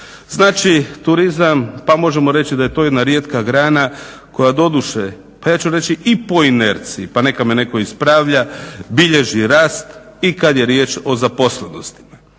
Znači, turizam pa možemo reći da je to jedna rijetka grana koja doduše pa ja ću reći i poinerci pa neka me netko ispravlja bilježi rast i kad je riječ o zaposlenosti.